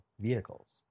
vehicles